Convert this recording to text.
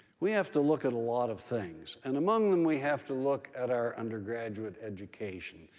we have to look at a lot of things. and among them, we have to look at our undergraduate education.